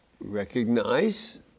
recognize